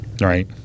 Right